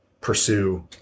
Pursue